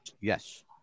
Yes